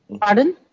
Pardon